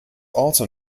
also